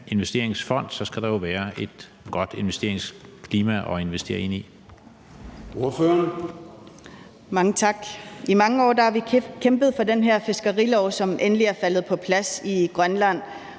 investeringsfond, skal der jo være et godt investeringsklima at investere ind i.